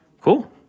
Cool